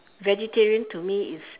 vegetarian to me is